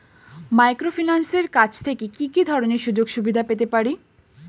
মাইক্রোফিন্যান্সের কাছ থেকে কি কি ধরনের সুযোগসুবিধা পেতে পারি?